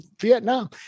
Vietnam